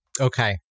Okay